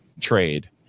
trade